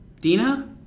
Dina